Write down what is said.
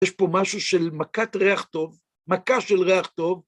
יש פה משהו של מכת ריח טוב, מכה של ריח טוב.